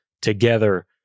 together